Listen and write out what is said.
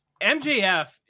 MJF